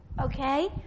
okay